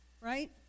right